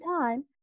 time